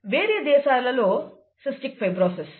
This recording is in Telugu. వేరే దేశాలలో సీస్టిక్ ఫైబ్రోసిస్